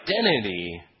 identity